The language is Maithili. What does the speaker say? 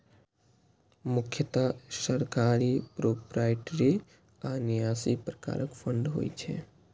मुख्यतः सरकारी, प्रोपराइटरी आ न्यासी प्रकारक फंड होइ छै